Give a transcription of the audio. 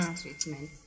treatment